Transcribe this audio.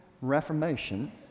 Reformation